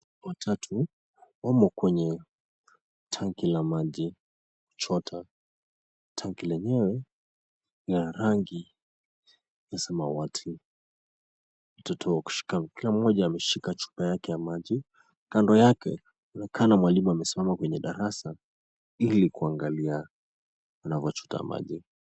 Watatu wamo kwenye tanki la maji wakichota. Tanki lenyewe ni la rangi la samawati. Watoto wakishika kila mmoja ameshika chupa yake ya maji. Kando yake kunaonekana mwalimu amesimama kwenye darasa ili kuangalia wanavyochota maji.